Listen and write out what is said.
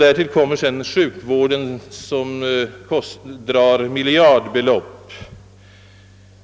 Därtill kommer sjukvården, som drar miljardbelopp.